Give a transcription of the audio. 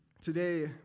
today